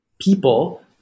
people